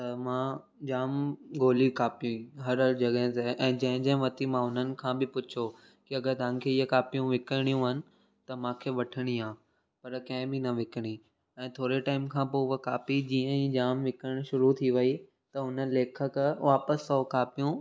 त मां जाम ॻोल्ही कॉपी हर हर जॻहि ते ऐं जंहिं जंहिं वरिती मां हुननि खां बि पुछो कि अगरि तव्हांखे इहे कॉपियूं विकिरणियूं आहिनि त मूंखे वठणी आहे पर कंहिं बि न विकिणी ऐं थोरे टाइम खां पोइ उहा कॉपी जीअं ई जाम विकिरणु शुरु थी वई त हुन लेखक वापसि सौ कॉपियूं